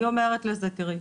אני אומרת לזה תראי,